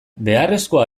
beharrezkoa